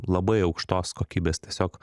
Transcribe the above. labai aukštos kokybės tiesiog